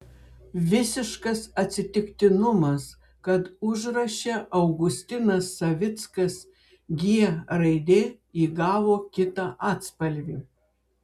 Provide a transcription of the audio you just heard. visiškas atsitiktinumas kad užraše augustinas savickas g raidė įgavo kitą atspalvį